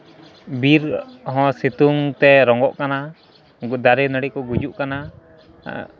ᱵᱤᱨ ᱦᱚᱸ ᱥᱤᱛᱩᱝ ᱛᱮ ᱨᱚᱸᱜᱚᱜ ᱠᱟᱱᱟ ᱩᱱᱠᱩ ᱫᱟᱨᱮ ᱱᱟᱹᱲᱤ ᱠᱚ ᱜᱩᱡᱩᱜ ᱠᱟᱱᱟ